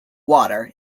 water